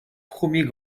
premiers